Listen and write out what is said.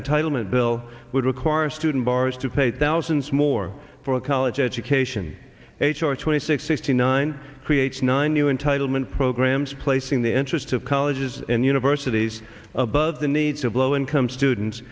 entitlement bill would require student bars to pay thousands more for a college education eight or twenty six sixty nine creates nine new entitlement programs placing the interest of colleges and universities above the needs of low income students